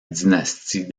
dynastie